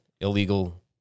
illegal